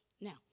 Now